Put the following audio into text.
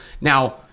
now –